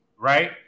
right